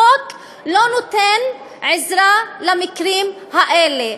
החוק לא נותן עזרה במקרים האלה,